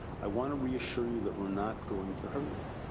i want to reassure you that we are not going to hurt you.